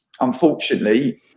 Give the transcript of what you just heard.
unfortunately